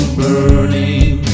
burning